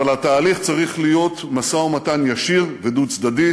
אבל התהליך צריך להיות משא-ומתן ישיר ודו-צדדי,